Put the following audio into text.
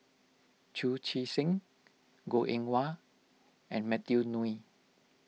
Chu Chee Seng Goh Eng Wah and Matthew Ngui